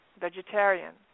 vegetarian